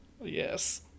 Yes